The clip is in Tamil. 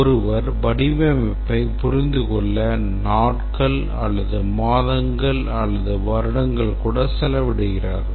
ஒருவர் வடிவமைப்பைப் புரிந்துகொள்ள நாட்கள் அல்லது மாதங்கள் அல்லது வருடங்கள் செலவிடுகிறார்கள்